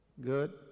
Good